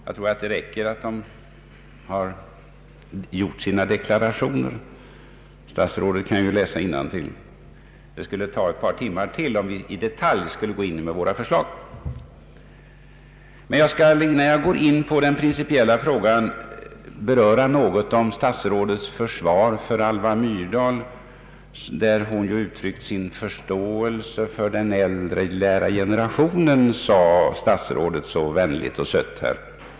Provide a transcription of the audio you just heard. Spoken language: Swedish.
Jag tror att det räcker att de har gjort sina deklarationer statsrådet kan ju läsa innantill. Det skulle ta ytterligare ett par timmar, om vi i detalj skulle gå in på alla utbildningspolitiska förslag. Jag skulle, innan jag går in på den principiella frågan, vilja något beröra statsrådets försvar för Alva Myrdals uttalande där hon uttryckt sin förståelse för den äldre lärargenerationen — som statsrådet så vänligt och sött sade.